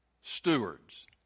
stewards